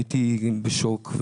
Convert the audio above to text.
הייתי בשוק,